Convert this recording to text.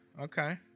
okay